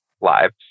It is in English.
lives